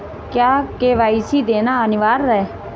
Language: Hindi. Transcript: क्या के.वाई.सी देना अनिवार्य है?